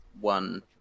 one